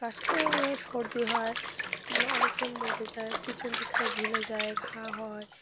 কাশি তো সর্দি হয় অনেকে মরে যায় পিছন দিকটা ঝুলে যায় ঘা হয়